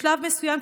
בשלב מסוים,